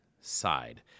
side